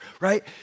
Right